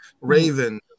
raven